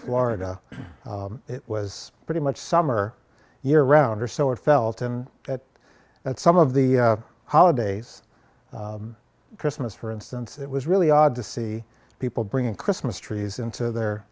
florida it was pretty much summer year round or so it felt that at some of the holidays christmas for instance it was really odd to see people bringing christmas trees into their